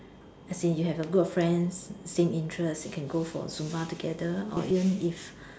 as in you have a good friends same interest you can go for Zumba together or even if